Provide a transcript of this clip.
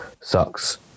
sucks